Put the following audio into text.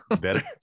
better